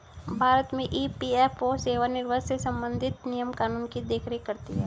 भारत में ई.पी.एफ.ओ सेवानिवृत्त से संबंधित नियम कानून की देख रेख करती हैं